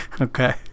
Okay